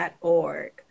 .org